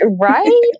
Right